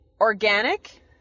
organic